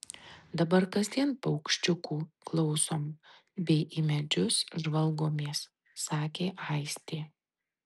dabar kasdien paukščiukų klausom bei į medžius žvalgomės sakė aistė